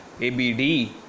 ABD